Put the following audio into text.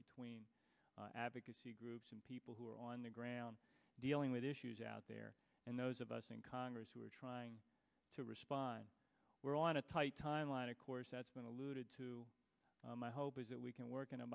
between advocacy groups and people who are on the ground dealing with issues out there and those of us in congress who are trying to respond we're on a tight timeline of course that's been alluded to my hope is that we can work in a